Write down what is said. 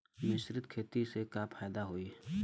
मिश्रित खेती से का फायदा होई?